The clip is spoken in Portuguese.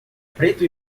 preto